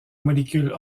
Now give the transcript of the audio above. molécules